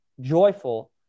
joyful